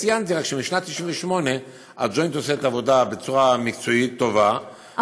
ציינתי רק שמשנת 1998 הג'וינט עושה את העבודה בצורה מקצועית טובה,